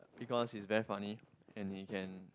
because he's very funny and he can